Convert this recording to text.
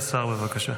אדוני השר, בבקשה.